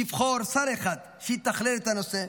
לבחור שר אחד שיתכלל את הנושא,